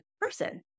person